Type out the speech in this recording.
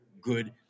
good